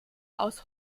aus